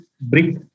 brick